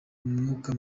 umwuga